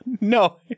no